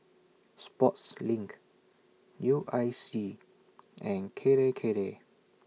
Sportslink U I C and Kirei Kirei